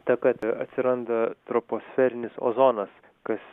ta kad atsiranda troposferinis ozonas kas